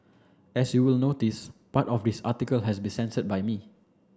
as you will notice part of the article has been censored by me